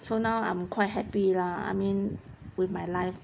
so now I'm quite happy lah I mean with my life